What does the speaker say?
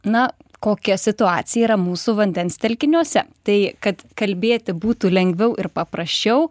na kokia situacija yra mūsų vandens telkiniuose tai kad kalbėti būtų lengviau ir paprasčiau